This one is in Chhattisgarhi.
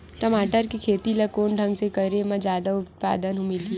टमाटर के खेती ला कोन ढंग से करे म जादा उत्पादन मिलही?